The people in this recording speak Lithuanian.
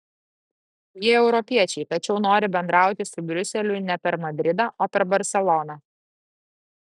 jie europiečiai tačiau nori bendrauti su briuseliu ne per madridą o per barseloną